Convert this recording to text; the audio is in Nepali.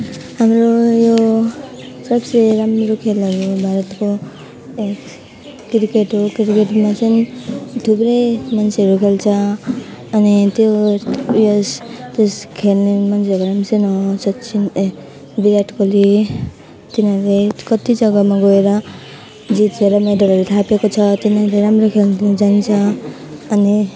हाम्रो यो सबसे राम्रो खेलाहरू भारतको क्रिकेट हो क्रिकेटमा चाहिँ थुप्रै मान्छेहरू खेल्छ अनि त्यो उयस त्यस खेल्ने मान्छेहरू चाहिँ हो सचिन ए विराट कोहली तिनीहरूले कत्ति जग्गामा गएर जितेर मेडलहरू थापेको छ तिनीहरूले राम्रो खेल्न जान्दछ अनि